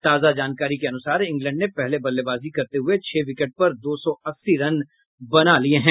ताजा जानकारी के अनुसार इंग्लैंड ने पहले बल्लेबाजी करते हुए छह विकेट पर दो ौ अस्सी रन बना लिये हैं